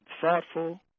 thoughtful